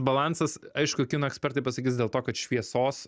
balansas aišku kino ekspertai pasakys dėl to kad šviesos